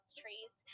trees